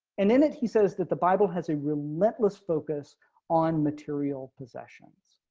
and then it he says that the bible has a relentless focus on material possessions.